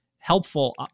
helpful